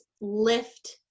lift